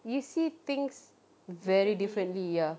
you see things very differently ya